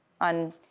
On